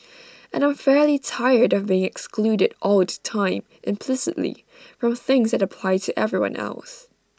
and I'm fairly tired of being excluded all the time implicitly from things that apply to everyone else